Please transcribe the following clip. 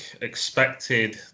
expected